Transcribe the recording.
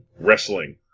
wrestling